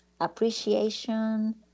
appreciation